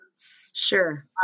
Sure